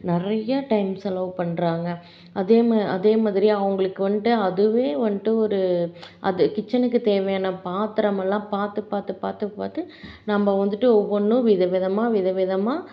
நிறைய டைம் செலவு பண்ணுறாங்க அதே மா அதே மாதிரி அவங்களுக்கு வந்துட்டு அதுவே வந்துட்டு ஒரு அது கிச்சனுக்குத் தேவையான பாத்திரம் எல்லாம் பார்த்து பார்த்து பார்த்து பார்த்து நம்ம வந்துட்டு ஒவ்வொன்னும் விதவிதமாக விதவிதமாக